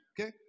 Okay